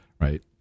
right